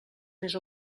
més